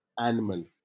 animal